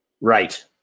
Right